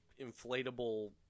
inflatable